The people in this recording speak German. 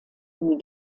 einem